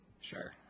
Sure